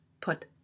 put